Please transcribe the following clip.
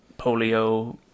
polio